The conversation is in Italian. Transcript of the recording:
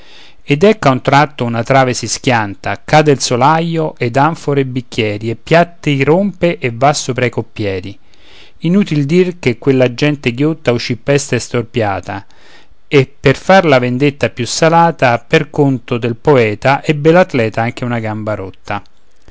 a un tratto una trave si schianta cade il solaio ed anfore e bicchieri e piatti rompe e va sopra ai coppieri inutil dir che quella gente ghiotta uscì pesta e storpiata e per far la vendetta più salata per conto del poeta ebbe l'atleta anche una gamba rotta